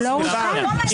עבריין?